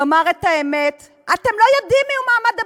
לומר את האמת: אתם לא יודעים מיהו מעמד הביניים,